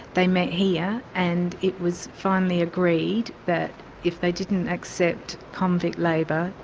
they met here and it was finally agreed that if they didn't accept convict labour,